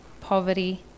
poverty